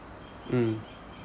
mm